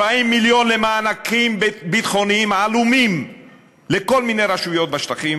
40 מיליון למענקים ביטחוניים עלומים לכל מיני רשויות בשטחים,